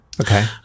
okay